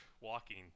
walking